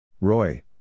Roy